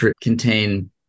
contain